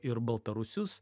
ir baltarusius